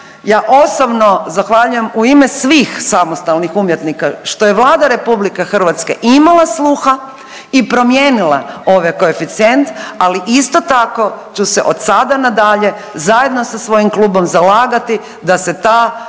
Ja osobno zahvaljujem u ime svih samostalnih umjetnika što je Vlada RH imala sluha i promijenila ovaj koeficijent, ali isto tako ću se od sada nadalje zajedno sa svojim klubom zalagati da se ta